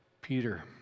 Peter